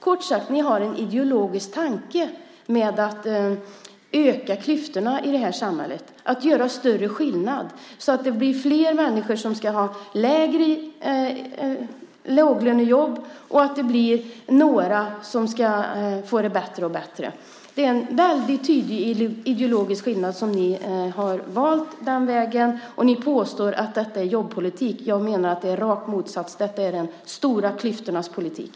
Kort sagt har ni en ideologisk tanke med att öka klyftorna i samhället. Ni vill göra större skillnad så att det blir fler människor som ska ha låglönejobb och några få som får det bättre och bättre. Det är en tydlig ideologisk skillnad. Ni har valt den vägen och ni påstår att detta är jobbpolitik. Jag menar att det är raka motsatsen; detta är de stora klyftornas politik.